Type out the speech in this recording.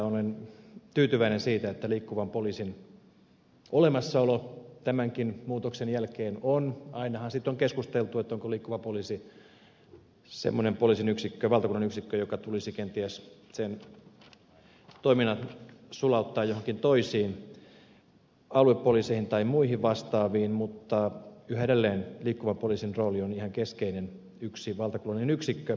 olen tyytyväinen siitä että yhä edelleen liikkuvan poliisin olemassaolo ja rooli tämänkin muutoksen jälkeen on ainahan siitä on keskusteltu onko liikkuva poliisi semmoinen poliisin valtakunnallinen yksikkö jonka toiminta tulisi kenties sulauttaa joihinkin toisiin aluepoliiseihin tai muihin vastaaviin ihan keskeinen se on yksi valtakunnallinen yksikkö